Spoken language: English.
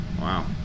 Wow